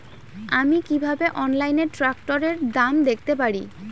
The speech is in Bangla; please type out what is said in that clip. আমি কিভাবে অনলাইনে ট্রাক্টরের দাম দেখতে পারি?